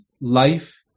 life